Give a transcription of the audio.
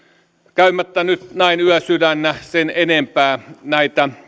käymättä nyt näin yösydännä sen enempää näitä